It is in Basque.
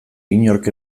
inork